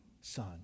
son